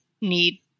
need